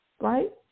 right